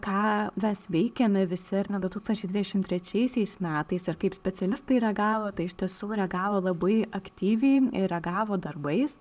ką mes veikiame visi ar ne du tūkstančiai dvidešim trečiaisiais metais ir kaip specialistai reagavo tai iš tiesų reagavo labai aktyviai ir reagavo darbais